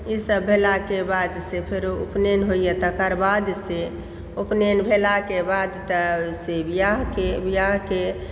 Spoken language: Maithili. ईसब भेलाकेँ बाद तऽ फेरो उपनयन होइया तकर बाद से उपनयन भेलाके बाद एकटा से बिआहके बिआहके